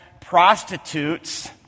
prostitutes